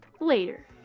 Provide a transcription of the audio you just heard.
Later